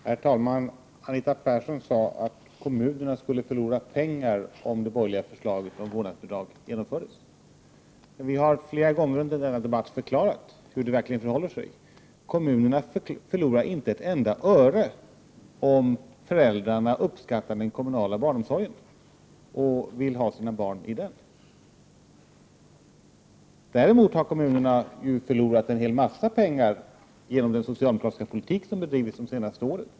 Herr talman! Anita Persson sade att kommunerna skulle förlora pengar om det borgerliga förslaget om vårdnadsbidrag genomfördes. Men vi har ju flera gånger under den här debatten förklarat hur det verkligen förhåller sig: kommunerna förlorar inte ett enda öre, om föräldrarna uppskattar den kommunala barnomsorgen och vill ha sina barn i den. Däremot har ju kommunerna förlorat en hel massa pengar genom den socialdemokratiska politik som har bedrivits under de senaste åren.